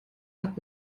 hat